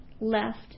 left